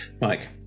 Mike